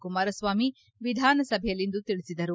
ಕುಮಾರಸ್ವಾಮಿ ವಿಧಾನಸಭೆಯಲ್ಲಿಂದು ತಿಳಿಸಿದರು